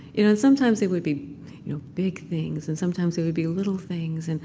you know sometimes they would be big things, and sometimes they would be little things. and